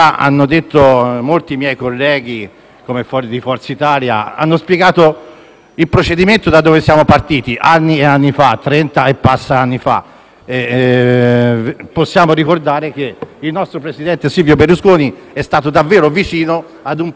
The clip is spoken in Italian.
il procedimento da cui siamo partiti, trenta e più anni fa e possiamo anche ricordare che il nostro presidente Silvio Berlusconi è stato davvero vicino, ad un passo, alla riduzione dei parlamentari, finalmente.